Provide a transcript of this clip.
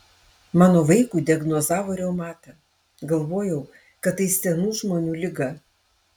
mano vaikui diagnozavo reumatą galvojau kad tai senų žmonių liga